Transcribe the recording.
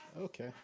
okay